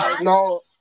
No